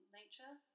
nature